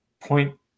point